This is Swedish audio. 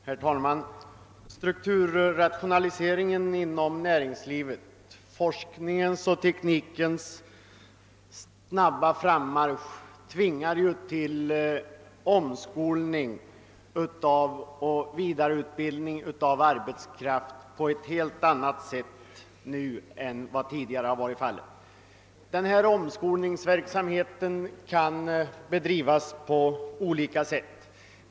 Herr talman! Strukturrationaliseringen inom näringslivet samt forskningens och teknikens snabba frammarsch tvingar till omskolning och vidareutbildning av arbetskraft på ett helt annat sätt nu än vad tidigare varit fallet. Denna omskolningsverksamhet kan bedrivas på olika sätt.